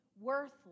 worthless